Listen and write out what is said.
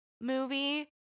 movie